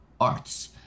arts